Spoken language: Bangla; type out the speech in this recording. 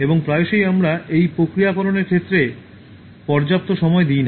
এবং প্রায়শই আমরা এই প্রক্রিয়াকরণের ক্ষেত্রে পর্যাপ্ত সময় দিই না